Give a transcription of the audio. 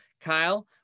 Kyle